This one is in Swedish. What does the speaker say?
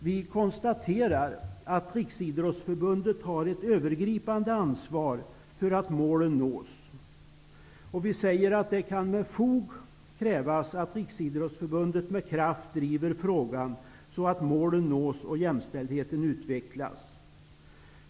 Vi konstaterar att Riksidrottsförbundet har ett övergripande ansvar för att målen nås. Vi säger att det med fog kan krävas att Riksidrottsförbundet driver frågan med kraft så att målen nås och jämställdheten utvecklas.